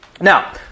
Now